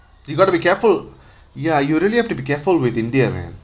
you gotta be careful ya you really have to be careful with india man